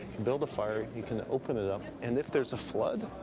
build a fire. you can open it up. and if there's a flood,